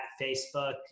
Facebook